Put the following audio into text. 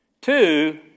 Two